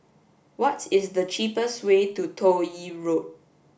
what is the cheapest way to Toh Yi Road